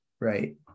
right